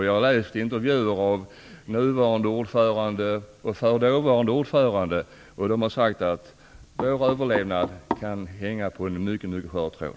Jag har läst intervjuer med både nuvarande ordföranden och förre ordföranden. De säger: Vår överlevnad kan hänga på en mycket skör tråd.